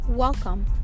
Welcome